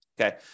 Okay